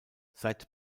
seit